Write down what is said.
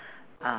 ah